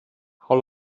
how